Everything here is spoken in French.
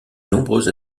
nombreuses